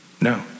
No